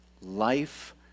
Life